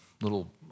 little